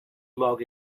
log